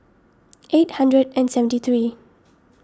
eight hundred and seventy three